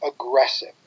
aggressive